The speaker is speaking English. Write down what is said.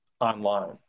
online